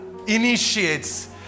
initiates